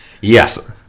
Yes